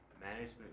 management